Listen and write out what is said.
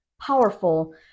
powerful